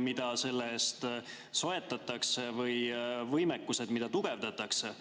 mida selle eest soetatakse, või võimekused, mida tugevdatakse?